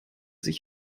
sich